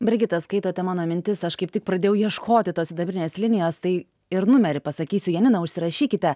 brigita skaitote mano mintis aš kaip tik pradėjau ieškoti tos sidabrinės linijos tai ir numerį pasakysiu janina užsirašykite